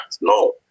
No